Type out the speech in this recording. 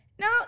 Now